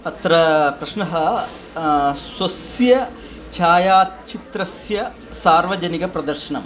अत्र प्रश्नः स्वस्य छायाचित्रस्य सार्वजनिकप्रदर्शनं